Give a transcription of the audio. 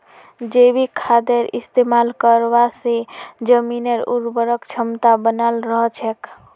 जैविक खादेर इस्तमाल करवा से जमीनेर उर्वरक क्षमता बनाल रह छेक